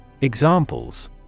Examples